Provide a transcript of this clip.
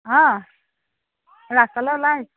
অঁ ৰাস্তালৈ ওলাই